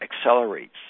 accelerates